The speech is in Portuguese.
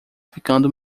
ficando